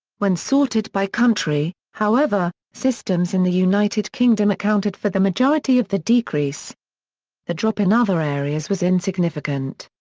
when sorted by country, however, systems in the united kingdom accounted for the majority of the decrease the drop in other areas was insignificant.